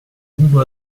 uno